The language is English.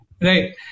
right